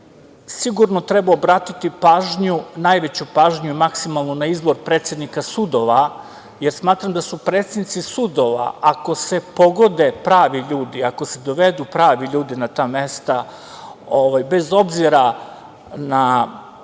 Sigurno treba obratiti pažnju, najveću maksimalnu pažnju na izbor predsednika sudova, jer smatram da su predsednici sudova, ako se pogode pravi ljudi, ako se dovedu pravi ljudi na ta mesta, bez obzira na